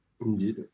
Indeed